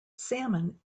salmon